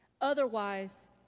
Otherwise